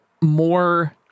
more